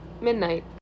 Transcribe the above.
midnight